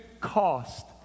cost